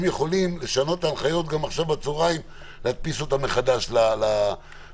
הם יכולים לשנות את ההנחיות עכשיו בצוהריים ולהדפיס אותן מחדש לשוטרים.